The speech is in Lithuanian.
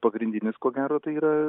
pagrindinis ko gero tai yra